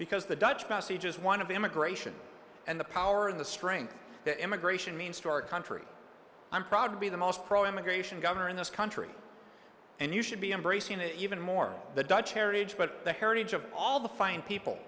because the dutch message is one of immigration and the power and the strength that immigration means to our country i'm proud to be the most pro immigration governor in this country and you should be embracing it even more the dutch heritage but the heritage of all the fine people